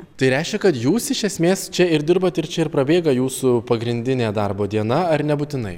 tai reiškia kad jūs iš esmės čia ir dirbat ir čia ir prabėga jūsų pagrindinė darbo diena ar nebūtinai